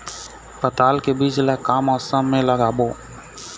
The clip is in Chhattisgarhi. पताल के बीज ला का मौसम मे लगाबो?